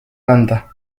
kanda